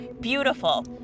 Beautiful